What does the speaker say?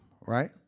right